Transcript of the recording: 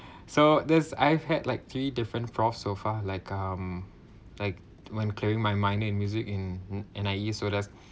so there's I've had like three different prof so far like um like when clearing my mind music in and I use so that's